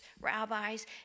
rabbis